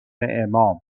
امام